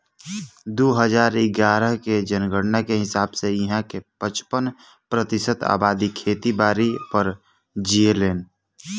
दू हजार इग्यारह के जनगणना के हिसाब से इहां के पचपन प्रतिशत अबादी खेती बारी पर जीऐलेन